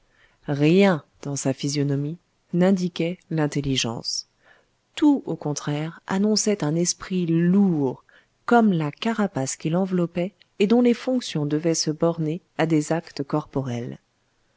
rien dans sa physionomie n'indiquait l'intelligence tout au contraire annonçait un esprit lourd comme la carapace qui l'enveloppait et dont les fonctions devaient se borner à des actes corporels